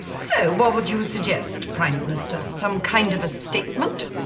so what would you suggest, prime minister, some kind of a statement?